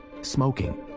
smoking